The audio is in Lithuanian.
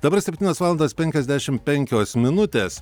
dabar septynios valandos penkiasdešim penkios minutės